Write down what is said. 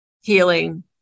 healing